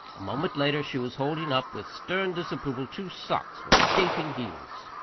a moment later she was holding up with stern disapproval two socks with gaping heels.